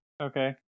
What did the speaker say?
Okay